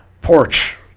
porch